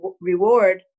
reward